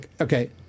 Okay